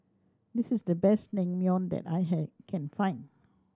this is the best Naengmyeon that I can find